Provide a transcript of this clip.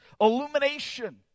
illumination